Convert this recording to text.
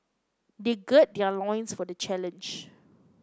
they gird their loins for the challenge